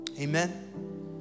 amen